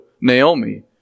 Naomi